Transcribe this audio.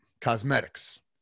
cosmetics